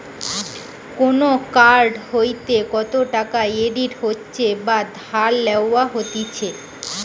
কোন কার্ড হইতে কত টাকা ক্রেডিট হচ্ছে বা ধার লেওয়া হতিছে